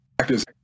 actors